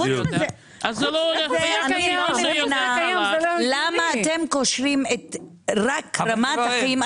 אני לא מבינה למה אתם קושרים רק רמת חיים.